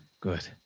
Good